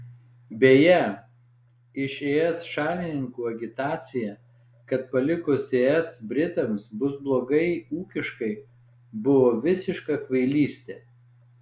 beje ir es šalininkų agitacija kad palikus es britams bus blogai ūkiškai buvo visiška kvailystė